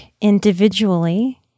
individually